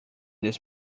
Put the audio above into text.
this